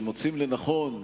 שמוצאים לנכון,